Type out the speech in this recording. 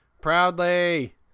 Proudly